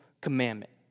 commandment